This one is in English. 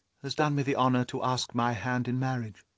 has done me the honour to ask my hand in marriage.